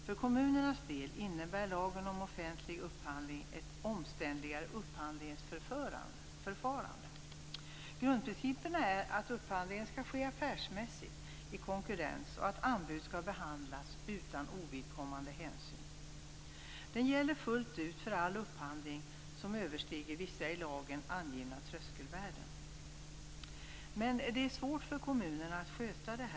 För kommunernas del innebär lagen om offentlig upphandling ett omständligare upphandlingsförfarande. Grundprincipen är att upphandlingen skall ske affärsmässigt i konkurrens och att anbud skall behandlas utan ovidkommande hänsyn. Det gäller fullt ut för all upphandling som överstiger vissa i lagen angivna tröskelvärden. Men det är svårt för kommunerna att sköta detta.